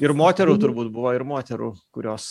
ir moterų turbūt buvo ir moterų kurios